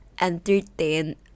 entertain